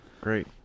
great